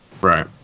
Right